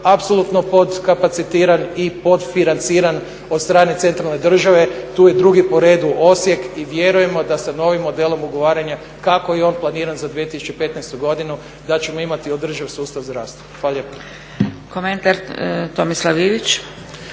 apsolutno potkapacitiran i potfinanciran od strane centralne države, tu je drugi po redu Osijek i vjerujemo da sa novim modelom ugovaranja kako je on planiran za 2015. godinu da ćemo imati održivi sustav zdravstva. Hvala lijepa.